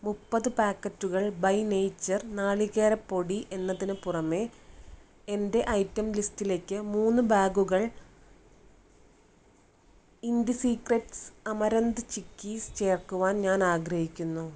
മുപ്പത് പാക്കറ്റുകൾ By Nature നാളികേരപ്പൊടി എന്നതിനുപുറമെ എന്റെ ഐറ്റം ലിസ്റ്റിലേക്ക് മൂന്ന് ബാഗുകൾ ഇൻഡി സീക്രെറ്റ്സ് അമരന്ത് ചിക്കിസ് ചേർക്കുവാൻ ഞാനാഗ്രഹിക്കുന്നു